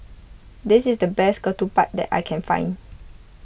this is the best Ketupat that I can find